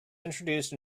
introduced